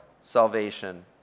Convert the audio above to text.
salvation